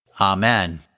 Amen